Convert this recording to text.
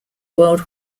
world